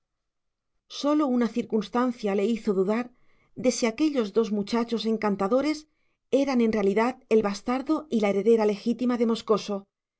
sólo una circunstancia le hizo dudar de si aquellos dos muchachos encantadores eran en realidad el bastardo y la heredera legítima de moscoso